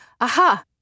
aha